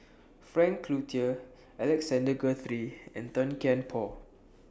Frank Cloutier Alexander Guthrie and Tan Kian Por